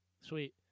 Sweet